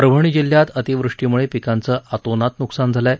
परभणी जिल्ह्यात अतिवृष्टीमुळे पिकांचं आतोनात नुकसान झाले आहे